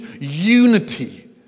unity